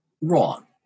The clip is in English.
wrong